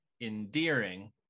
endearing